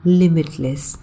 limitless